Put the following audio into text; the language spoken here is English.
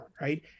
right